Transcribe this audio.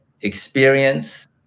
experience